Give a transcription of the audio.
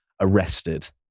arrested